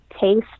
taste